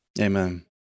Amen